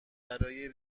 برای